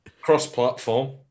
Cross-platform